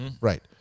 Right